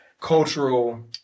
cultural